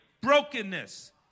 brokenness